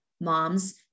moms